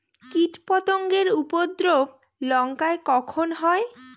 কীটপতেঙ্গর উপদ্রব লঙ্কায় কখন হয়?